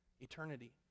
Eternity